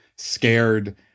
Scared